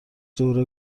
دوره